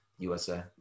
USA